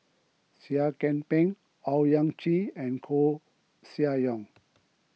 Seah Kian Peng Owyang Chi and Koeh Sia Yong